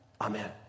Amen